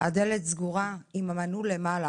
והדלת סגורה עם המנעול למעלה,